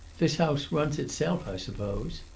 this house runs itself, i suppose.